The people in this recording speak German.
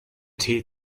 tee